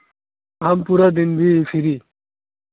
हम पूरा दिन भी फ्री